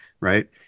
Right